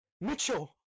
Mitchell